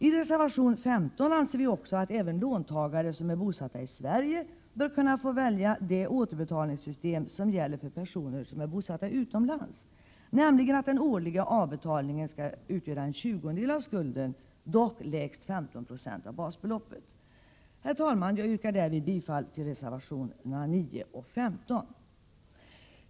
I reservation 15 anser vi också att även låntagare som är bosatta i Sverige bör kunna få välja det återbetalningssystem som gäller för personer bosatta utomlands, så att den årliga avbetalningen skall utgöra en tjugondel av skulden, dock lägst 15 96 av basbeloppet. Herr talman! Jag yrkar bifall till reservationerna 9 och 15.